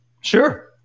Sure